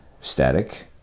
Static